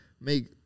make